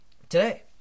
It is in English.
Today